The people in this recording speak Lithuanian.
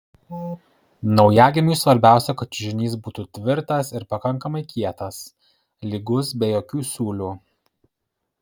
naujagimiui svarbiausia kad čiužinys būtų tvirtas ir pakankamai kietas lygus be jokių siūlių